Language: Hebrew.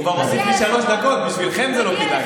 הוא כבר הוסיף לי שלוש דקות, בשבילכם זה לא כדאי.